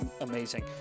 amazing